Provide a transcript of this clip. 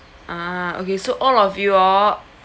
ah okay so all of you all